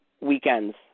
weekends